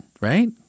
right